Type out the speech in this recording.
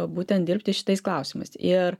būtent dirbti šitais klausimais ir